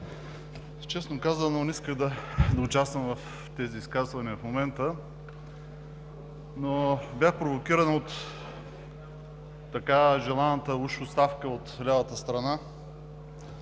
Честно казано, не исках да участвам в изказванията, но бях провокиран от така желаната уж оставка от лявата страна.